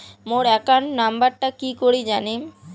মোর account নাম্বারটা কি করি জানিম?